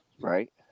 right